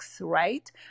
right